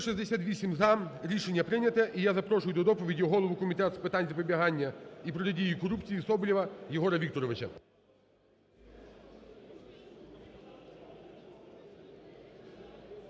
За-168 Рішення прийнято. І я запрошую до доповіді голову Комітету з питань запобігання і протидії корупції Соболєва Єгора Вікторовича.